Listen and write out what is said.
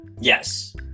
Yes